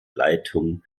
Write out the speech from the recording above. leitung